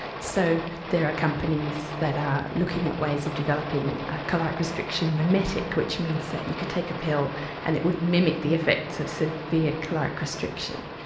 so there are companies that are looking at ways of developing a caloric restriction mimetic, which means that you could take a pill and it would mimic the effects of severe caloric restriction,